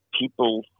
people